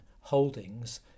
holdings